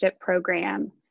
program